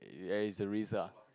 ya it's a risk ah